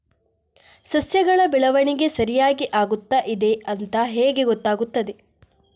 ಸಸ್ಯಗಳ ಬೆಳವಣಿಗೆ ಸರಿಯಾಗಿ ಆಗುತ್ತಾ ಇದೆ ಅಂತ ಹೇಗೆ ಗೊತ್ತಾಗುತ್ತದೆ?